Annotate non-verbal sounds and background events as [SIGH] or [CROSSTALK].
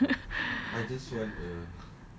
[LAUGHS] [BREATH]